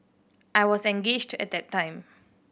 I was engaged at that time